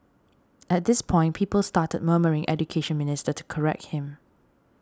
at this point people started murmuring Education Minister to correct him